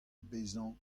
bezañ